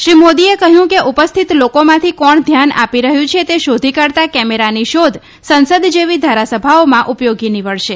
શ્રી મોદીએ કહયું કે ઉપસ્થિત લોકોમાંથી કોણ ધ્યાન આપી રહયું છે તે શોધી કાઢતાં કેમેરાની શોધ સંસદ જેવી ધારાસભાઓમાં ઉપયોગી નિવડશે